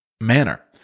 manner